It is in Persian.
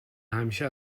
همیشه